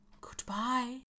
Goodbye